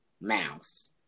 Mouse